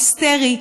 היסטרי,